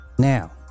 now